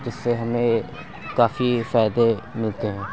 جس سے ہمیں کافی فائدے ملتے ہیں